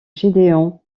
gédéon